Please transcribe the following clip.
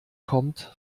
kommt